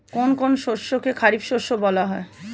কোন কোন শস্যকে খারিফ শস্য বলা হয়?